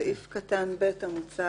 סעיף קטן (ב) המוצע